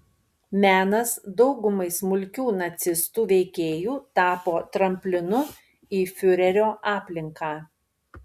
menas daugumai smulkių nacistų veikėjų tapo tramplinu į fiurerio aplinką